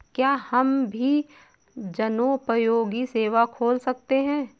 क्या हम भी जनोपयोगी सेवा खोल सकते हैं?